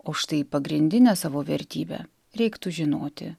o štai pagrindinę savo vertybę reiktų žinoti